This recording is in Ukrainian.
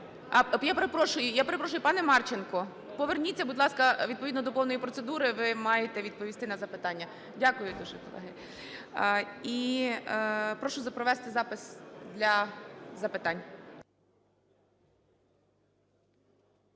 я перепрошую, пане Марченко, поверніться, будь ласка. Відповідно до повної процедури ви маєте відповісти на запитання. Дякую дуже. І прошу провести запис для запитань.